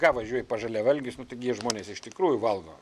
ką važiuoji pas žaliavalgius nu taigi jie žmonės iš tikrųjų valgo